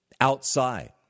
outside